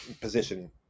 position